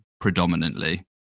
predominantly